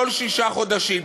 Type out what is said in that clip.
כל שישה חודשים,